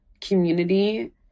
community